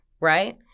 right